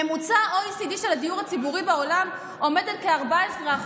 ממוצע ה-OECD של הדיור הציבורי בעולם עומד על כ-14%.